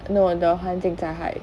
no the 环境灾害: huan jing zai hai